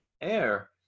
air